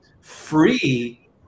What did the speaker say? free